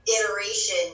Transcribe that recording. iteration